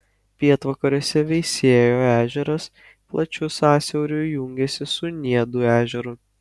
pietvakariuose veisiejo ežeras plačiu sąsiauriu jungiasi su niedų ežeru